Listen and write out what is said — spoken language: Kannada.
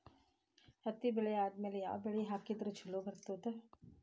ಹತ್ತಿ ಬೆಳೆ ಆದ್ಮೇಲ ಯಾವ ಬೆಳಿ ಹಾಕಿದ್ರ ಛಲೋ ಬರುತ್ತದೆ?